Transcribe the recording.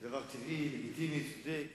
זה דבר טבעי, לגיטימי, צודק,